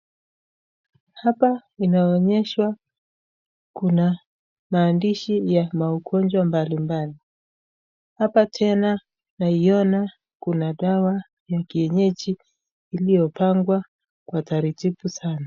Hapa inaonyeshwa kuna maandishi ya magonjwa mbalimbali. Hapa tena naiona kuna dawa ya kienyeji iliyopangwa kwa taratibu sana.